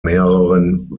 mehreren